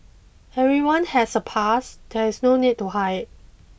everyone has a past there is no need to hide